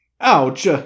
Ouch